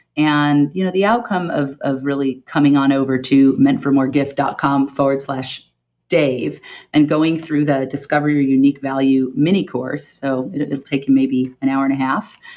and you know the outcome of of really coming on over to meantformoregift dot com slash dave and going through the discover your unique value mini course, so it'll take you maybe an hour and a half.